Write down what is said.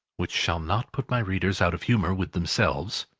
which shall not put my readers out of humour with themselves,